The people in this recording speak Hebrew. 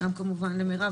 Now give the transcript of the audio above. גם כמובן למירב,